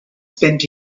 spent